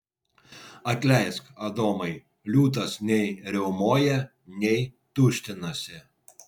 atleisk adomai liūtas nei riaumoja nei tuštinasi